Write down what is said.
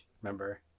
remember